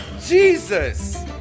Jesus